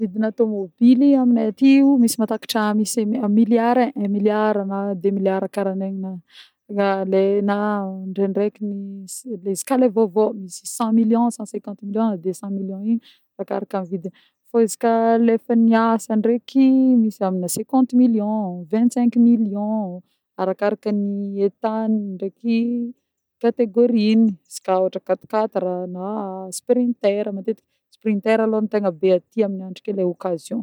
Vidina tomobile amineh atio misy matakatra a misy un milliard un milliard na deux milliards karan'igny na na ndraindraiky na izy koà le vaovao misy cent millions, cent-cinquante millions, na deux cents millions igny arakaraka ny vidiny fô izy koà le efa niasa ndreky misy amina cinquante millions, vingt-cinq millions arakarakan'ny état ny ndreky catégorie-ny izy koà ôhatra quatre-quatre na sprinter matetiky sprinter alô ny tegna be aty amin'ny andro ke le occasion.